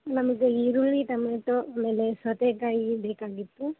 ನಮಗೆ ಈರುಳ್ಳಿ ಟಮೇಟೋ ಆಮೇಲೆ ಸೌತೆಕಾಯಿ ಬೇಕಾಗಿತ್ತು